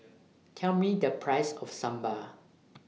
Tell Me The Price of Sambar